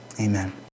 Amen